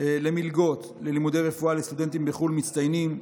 למלגות ללימודי רפואה לסטודנטים מצטיינים בחו"ל,